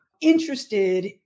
interested